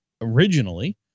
originally